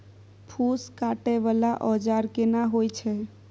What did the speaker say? फूस काटय वाला औजार केना होय छै?